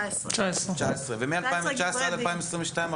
ומ-2019 עד 2022,